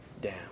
down